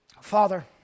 Father